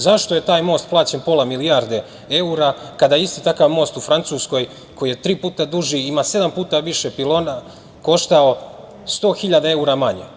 Zašto je taj most plaćen pola milijarde eura kada isti takav most u Francuskoj koji je tri puta duži i ima sedam puta više pilona, koštao sto hiljada eura manje?